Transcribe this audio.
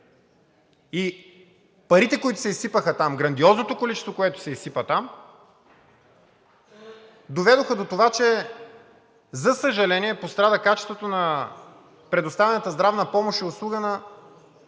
и парите, които се изсипаха там – грандиозното количество, което се изсипа там, доведоха до това, че за съжаление, пострада качеството на предоставяната здравна помощ и услуга на